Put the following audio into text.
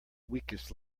weakest